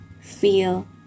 feel